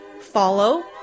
follow